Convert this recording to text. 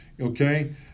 Okay